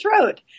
throat